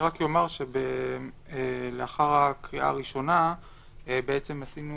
לאחר הקריאה הראשונה עשינו